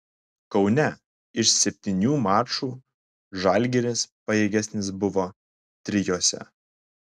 kaune iš septynių mačų žalgiris pajėgesnis buvo trijuose